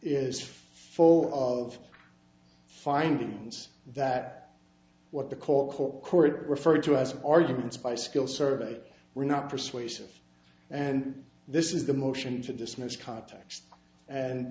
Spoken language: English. is full of findings that what the court court court referred to as arguments by skill certainly were not persuasive and this is the motion to dismiss context and